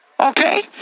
Okay